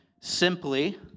simply